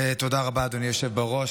תודה רבה, אדוני היושב בראש.